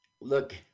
Look